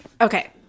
Okay